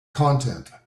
content